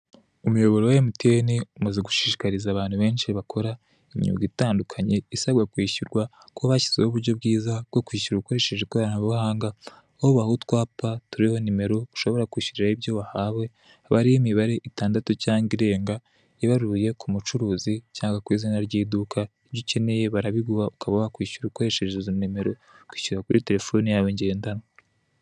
Umuyoboro wa MTN, umaze gushishikariza abantu benshi bakora imyuga itandukanye isabwa kwishyurwa ko hashyiho uburyo bwiza bwo kwishyura ukoresheje ikoranabuhanga, babaha utwapa turiho nimero ushobora kwishyiriraraho ibyo wahawe, haba hariho imibare itandatu cyangwa irenga ibaruye ku mucuruzi cyangwa ku izina ry'iduka, ibyo ukeneye barabiguha ukaba wakwishyura ukoresheje izo nimero ukishyura kuri Telefone yawe ngendanwa.